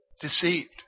Deceived